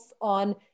on